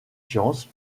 sciences